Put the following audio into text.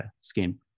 scheme